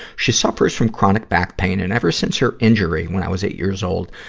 she suffers from chronic back pain, and ever since her injury when i was eight years old,